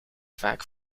vaak